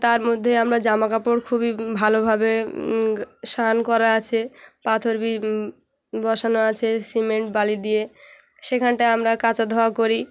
তার মধ্যে আমরা জামা কাপড় খুবই ভালোভাবে শান করা আছে পাথর বসানো আছে সিমেন্ট বালি দিয়ে সেখানটায় আমরা কাচা ধোয়া করি